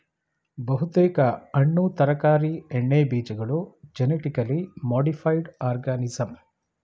ಬಹುತೇಕ ಹಣ್ಣು ತರಕಾರಿ ಎಣ್ಣೆಬೀಜಗಳು ಜೆನಿಟಿಕಲಿ ಮಾಡಿಫೈಡ್ ಆರ್ಗನಿಸಂ